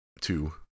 two